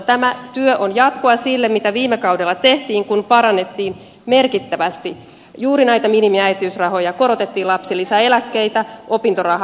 tämä työ on jatkoa sille mitä viime kaudella tehtiin kun parannettiin merkittävästi juuri näitä minimiäitiysrahoja korotettiin lapsilisää eläkkeitä opintorahaa